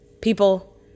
people